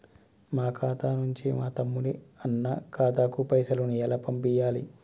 మా ఖాతా నుంచి మా తమ్ముని, అన్న ఖాతాకు పైసలను ఎలా పంపియ్యాలి?